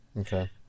Okay